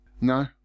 No